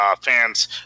fans